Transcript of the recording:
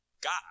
God